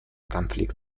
конфликт